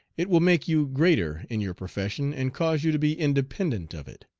it will make you greater in your profession and cause you to be independent of it.